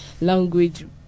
language